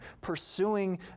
pursuing